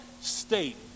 state